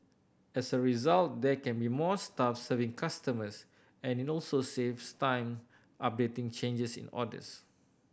as a result there can be more staff serving customers and it also saves time updating changes in orders